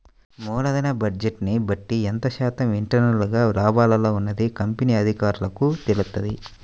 మూలధన బడ్జెట్ని బట్టి ఎంత శాతం ఇంటర్నల్ గా లాభాల్లో ఉన్నది కంపెనీ అధికారులకు తెలుత్తది